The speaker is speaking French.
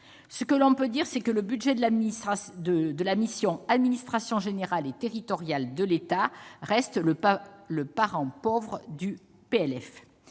Ce que l'on peut dire, c'est que le budget de la mission « Administration générale et territoriale de l'État » reste le parent pauvre du